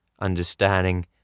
understanding